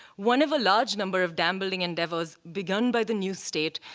one of a large number of dam building endeavors begun by the new state,